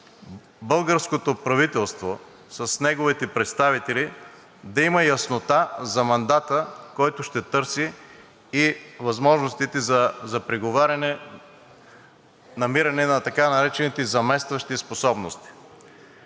българското правителство с неговите представители да има яснота за мандата, който ще търси, и възможностите за преговаряне и намиране на така наречените заместващи способности.